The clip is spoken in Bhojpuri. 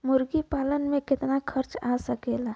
मुर्गी पालन में कितना खर्च आ सकेला?